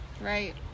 right